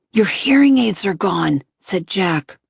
your hearing aids are gone! said jack.